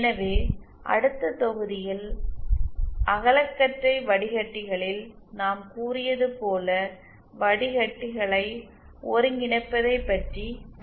எனவே அடுத்த தொகுதியில் அகலக்கற்றை வடிகட்டிகளில் நாம் கூறியது போல வடிகட்டிகளை ஒருங்கிணைப்பதைப் பற்றி படிப்போம்